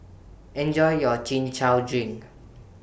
Enjoy your Chin Chow Drink